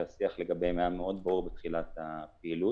שהשיח לגביהם היה מאוד ברור בתחילת הפעילות.